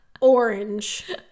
orange